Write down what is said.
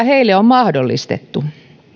heille on mahdollistettu